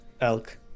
elk